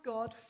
God